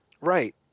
right